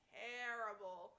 terrible